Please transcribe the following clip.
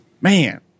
Man